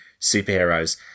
superheroes